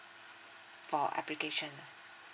for application